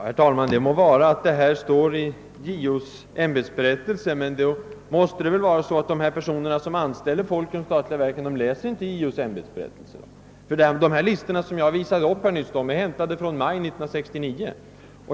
Herr talman! Det må vara att detta står i JO:s ämbetsberättelse. De personer som anställer folk i de statliga verken läser tydligen inte JO:s ämbetsberättelse, ty de listor jag åberopade är hämtade från maj 1969.